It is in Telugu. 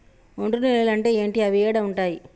ఒండ్రు నేలలు అంటే ఏంటి? అవి ఏడ ఉంటాయి?